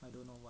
I don't know